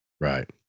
Right